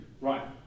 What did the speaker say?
Right